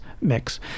mix